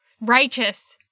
righteous